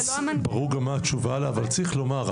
ברור גם מה התשובה עליה אבל צריך לומר,